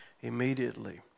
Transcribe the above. immediately